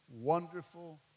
wonderful